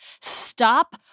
stop